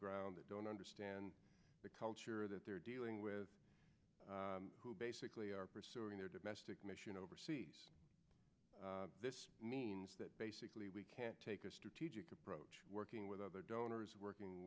ground that don't understand the culture that they're dealing with who basically are pursuing their domestic mission overseas means that basically we can take a strategic approach working with other donors working